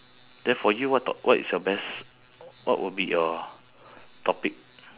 then for you what to~ what is your best what will be your topic